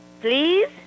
Please